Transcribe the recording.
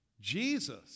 Jesus